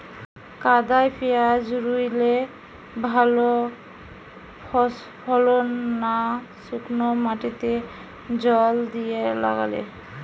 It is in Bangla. কাদায় পেঁয়াজ রুইলে ভালো ফলন না শুক্নো মাটিতে জল দিয়ে লাগালে?